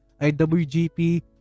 IWGP